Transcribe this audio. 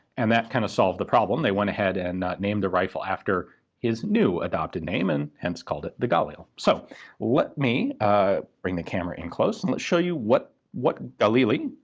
and that kind of solved the problem. they went ahead and named the rifle after his new adopted name, and hence called it the galil. so let me bring the camera in close and let's show you what what galili,